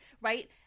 right